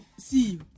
See